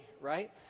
Right